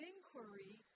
Inquiry